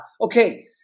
Okay